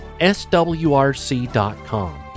swrc.com